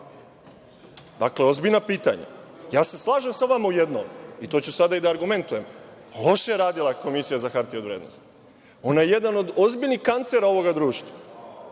Dakle, ozbiljna pitanja. Slažem se sa vama u jednom i to ću sada da argumentujem. Loše je radila Komisija za hartije od vrednosti. Ona je jedan od ozbiljnih kancera ovog društva,